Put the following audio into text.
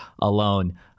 alone